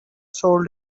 sold